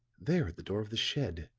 there at the door of the shed.